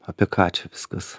apie ką čia viskas